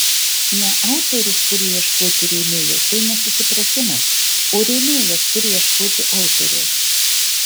ne autorius turi ieškoti rėmėjo tai nesusipratimas o rėmėjas turi ieškoti autoriaus